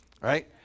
right